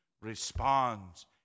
responds